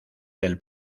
del